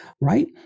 Right